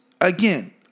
again